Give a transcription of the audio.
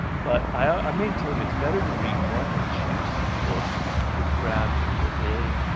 but i i maintain it's better to read one. juicy book that grabs you that really?